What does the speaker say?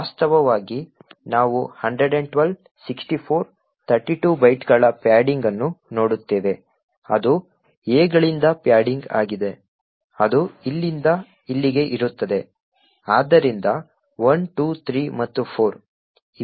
ವಾಸ್ತವವಾಗಿ ನಾವು 112 64 32 ಬೈಟ್ಗಳ ಪ್ಯಾಡಿಂಗ್ ಅನ್ನು ನೋಡುತ್ತೇವೆ ಅದು A ಗಳಿಂದ ಪ್ಯಾಡಿಂಗ್ ಆಗಿದೆ ಅದು ಇಲ್ಲಿಂದ ಇಲ್ಲಿಗೆ ಇರುತ್ತದೆ ಆದ್ದರಿಂದ 1 2 3 ಮತ್ತು 4